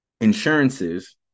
insurances